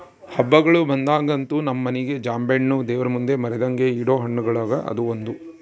ಹಬ್ಬಗಳು ಬಂದಾಗಂತೂ ನಮ್ಮ ಮನೆಗ ಜಾಂಬೆಣ್ಣು ದೇವರಮುಂದೆ ಮರೆದಂಗ ಇಡೊ ಹಣ್ಣುಗಳುಗ ಅದು ಒಂದು